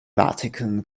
vatican